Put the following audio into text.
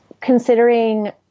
considering